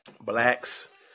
blacks